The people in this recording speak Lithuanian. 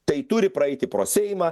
tai turi praeiti pro seimą